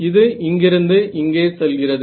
இது இங்கிருந்து இங்கே செல்கிறது